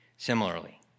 Similarly